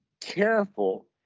careful